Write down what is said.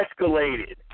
escalated